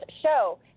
show